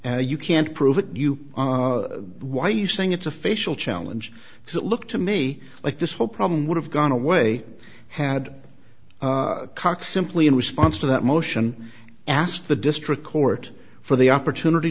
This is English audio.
and you can't prove it you why are you saying it's a facial challenge because it looked to me like this whole problem would have gone away had cox simply in response to that motion asked the district court for the opportunity